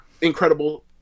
incredible